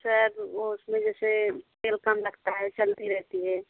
sir वो उसमें जैसे तेल कम लगता है चलती रहती है